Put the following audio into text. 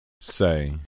say